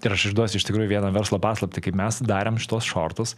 ir aš išduosiu iš tikrųjų vieną verslo paslaptį kaip mes darėm šituos šortus